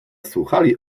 słuchali